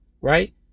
right